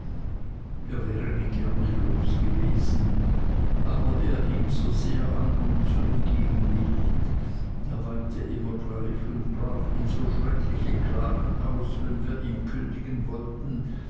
wir wären ihn gerne los gewesen aber er hing so sehr an uns und ging nicht er weinte immer gleich und brach in so schreckliche klagen aus wenn wir ihm kündigen wollten